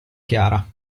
chiara